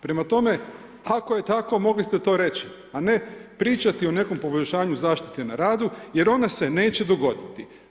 Prema tome, ako je tako, mogli ste to reći, a ne pričati o nekom poboljšanju zaštite na radu, jer ona se neće dogoditi.